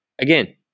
Again